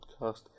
Podcast